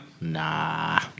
Nah